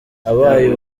abaye